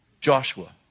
Joshua